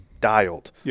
dialed